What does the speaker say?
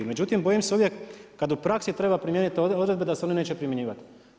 Međutim, bojim se uvijek kad u praksi treba primijeniti ove odredbe da se one neće primjenjivati.